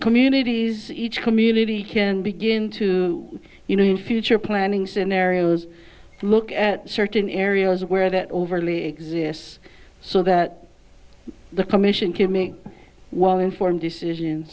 communities each community can begin to you know in future planning scenarios look at certain areas where that overly exists so that the commission give me well informed decision